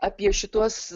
apie šituos